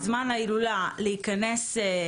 מדובר כאן על שינוי נוסח,